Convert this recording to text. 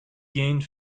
gained